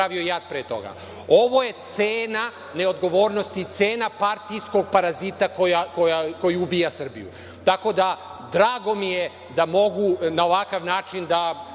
Ovo je cena neodgovornosti, cena partijskog parazita koji ubija Srbiju. Drago mi je da mogu na ovakav način da